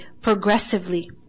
progressively